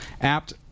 apt